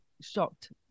shocked